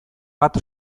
bat